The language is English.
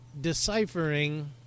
deciphering